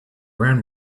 around